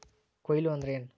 ಕೊಯ್ಲು ಅಂದ್ರ ಏನ್?